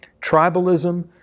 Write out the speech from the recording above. tribalism